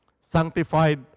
Sanctified